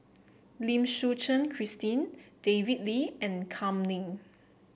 Lim Suchen Christine David Lee and Kam Ning